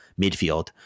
midfield